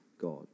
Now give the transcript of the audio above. God